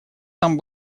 там